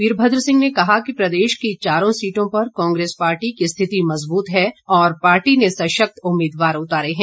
वीरभद्र सिंह ने कहा कि प्रदेश की चारों सीटों पर कांग्रेस पार्टी की स्थिति मजबूत है और पार्टी ने सशक्त उम्मीदवार उतारे हैं